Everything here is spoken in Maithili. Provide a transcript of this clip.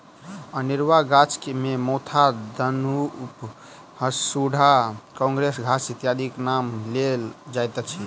अनेरूआ गाछ मे मोथा, दनुफ, हाथीसुढ़ा, काँग्रेस घास इत्यादिक नाम लेल जाइत अछि